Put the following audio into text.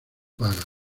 paga